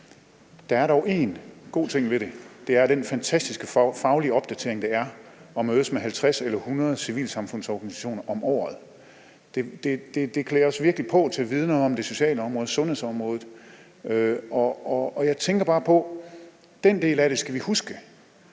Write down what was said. Der er dog én god ting ved det, og det er den fantastiske faglige opdatering, som der er ved at mødes med 50 eller 100 civilsamfundsorganisationer om året. Det klæder os virkelig på til at vide noget om det sociale område og om sundhedsområdet, og jeg tænker bare på, at den del af det skal vi huske,